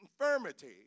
infirmity